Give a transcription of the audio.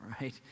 right